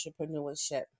entrepreneurship